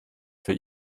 für